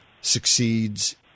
succeeds